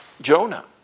Jonah